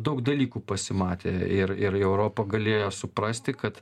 daug dalykų pasimatė ir ir europa galėjo suprasti kad